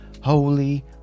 holy